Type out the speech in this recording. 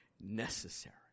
necessary